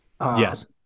Yes